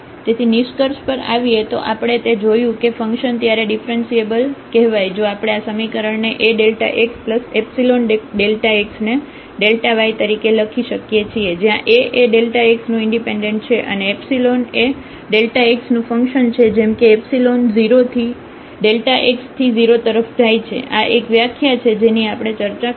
તેથી નિસ્કર્ષ પર આવીએ તો આપણે તે જોયું કે ફંક્શન ત્યારે ડિફ્રન્સિએબલ કહેવાય જો આપણે આ સમીકરણને AΔxϵΔx ને y તરીકે લખી શકીએ છીએ જ્યાં A એ x નું ઈન્ડિપેન્ડેન્ટ છે અને એપ્સિલોન એ x નું ફંક્શન છે જેમ કે એપ્સિલોન 0 થી x→0 તરફ જાય છે આ એક વ્યાખ્યા છે જે ની આપણે ચર્ચા કરી છે